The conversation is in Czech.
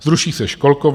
Zruší se školkovné.